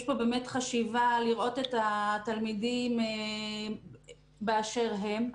יש פה באמת חשיבה לראות את התלמידים באשר הם.